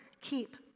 keep